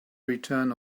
return